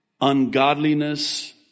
ungodliness